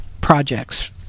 projects